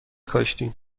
کاشتیم